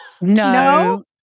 no